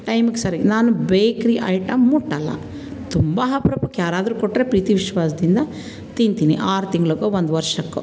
ಟೈಮಿಗೆ ಸರಿಯಾಗಿ ನಾನು ಬೇಕ್ರಿ ಐಟಮ್ ಮುಟ್ಟೋಲ್ಲ ತುಂಬ ಅಪರೂಪಕ್ಕೆ ಯಾರಾದರೂ ಕೊಟ್ಟರೆ ಪ್ರೀತಿ ವಿಶ್ವಾಸದಿಂದ ತಿಂತೀನಿ ಆರು ತಿಂಗಳಿಗೋ ಒಂದು ವರ್ಷಕ್ಕೋ